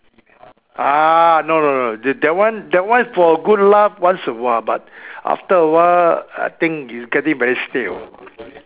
uh no no no that that that one that one for good laugh once a while but after a while I think you get it very stale